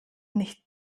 nicht